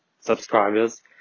subscribers